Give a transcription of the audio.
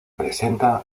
presenta